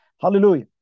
Hallelujah